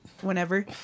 whenever